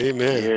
Amen